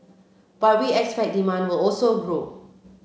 but we expect demand will also grow